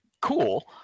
cool